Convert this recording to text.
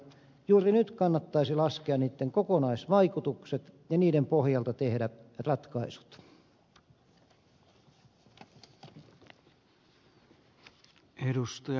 juuri nyt kannattaisi laskea niitten kokonaisvaikutukset ja niiden pohjalta tehdä ratkaisut